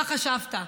מה חשבת,